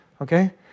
okay